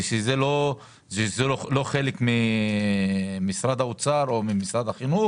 זה לא חלק ממשרד האוצר או ממשרד החינוך